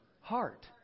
heart